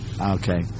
okay